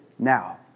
Now